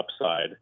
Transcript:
upside